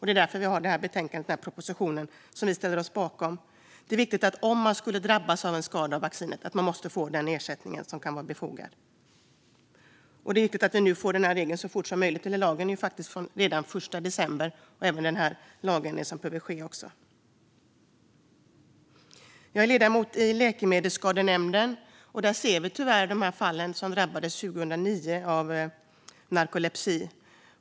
Det är därför vi har detta betänkande och denna proposition, som Moderaterna ställer sig bakom. Om man skulle drabbas av en skada av vaccinet måste man få den ersättning som kan vara befogad. Det är viktigt att vi nu så fort som möjligt får denna regel på plats. Den lagändring som behöver ske ska ju faktiskt gälla redan från den 1 december. Jag är ledamot i Läkemedelsskadenämnden. Där har vi tyvärr sett fallen med dem som 2009 drabbades av narkolepsi.